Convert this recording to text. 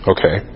Okay